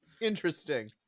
Interesting